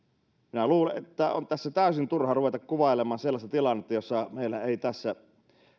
minä luulen että on tässä täysin turha ruveta kuvailemaan sellaista tilannetta jossa meillä ei tässä